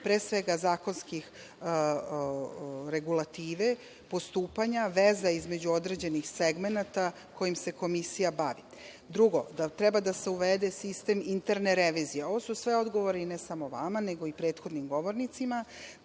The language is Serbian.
pre svega zakonskih regulativa, postupanja veza između određenih segmenata kojim se komisija bavi. Drugo, da treba da se uvede sistem interne revizije, ovo su sve odgovori ne samo vama, nego i prethodnim govornicima,